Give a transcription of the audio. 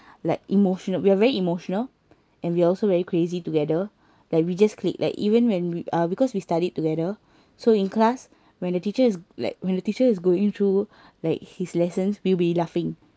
like emotional we are very emotional and we also very crazy together like we just click like even when we ar~ because we studied together so in class when the teacher is like when the teacher is going through like his lessons we'll be laughing